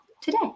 today